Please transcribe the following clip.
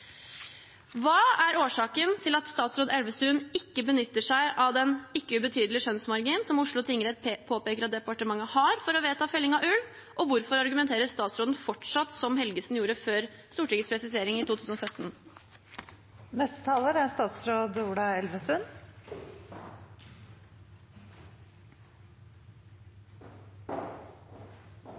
Hva er årsaken til at statsråd Elvestuen ikke benytter seg av den ikke ubetydelige skjønnsmarginen, som Oslo tingrett påpeker at departementet har for å vedta felling av ulv? Og hvorfor argumenterer statsråden fortsatt som Helgesen gjorde før Stortingets presisering i 2017?